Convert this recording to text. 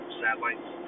satellites